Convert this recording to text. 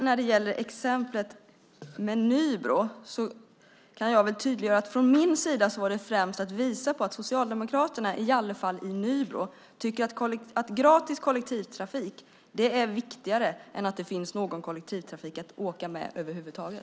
När det gäller exemplet med Nybro kan jag väl tydliggöra att det från min sida främst var för att visa att Socialdemokraterna, i alla fall i Nybro, tycker att gratis kollektivtrafik är viktigare än att det finns någon kollektivtrafik att åka med över huvud taget.